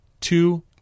Two